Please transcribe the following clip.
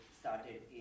started